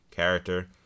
character